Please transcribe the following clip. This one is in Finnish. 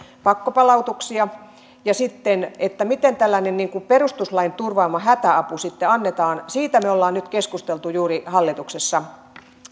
pakkopalautuksia ja sitten se miten tällainen perustuslain turvaama hätäapu sitten annetaan siitä me olemme nyt keskustelleet juuri hallituksessa